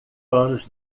anos